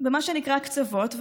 במה שנקרא קצוות,